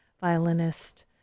violinist